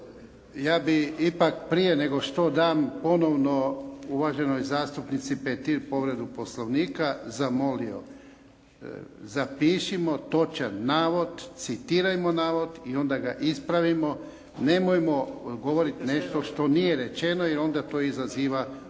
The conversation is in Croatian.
Ja bih ipak prije nego što dam ponovno uvaženoj zastupnici Petir povredu poslovnika zamolio. Zapišimo točan navod, citirajmo navod i onda ga ispravimo. Nemojmo govoriti nešto što nije rečeno jer onda to izaziva